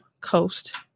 coast